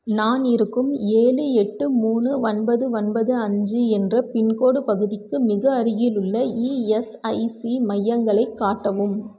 நான் இருக்கும் ஏழு எட்டு மூணு ஒன்பது ஒன்பது அஞ்சு என்ற பின்கோடு பகுதிக்கு மிக அருகிலுள்ள இஎஸ்ஐசி மையங்களைக் காட்டவும்